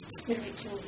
spiritual